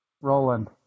Roland